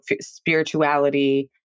spirituality